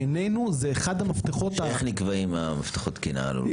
איך נקבעים מפתחות התקינה הללו?